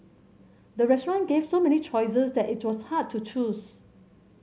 the restaurant gave so many choices that it was hard to choose